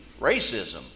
racism